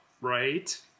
right